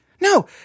No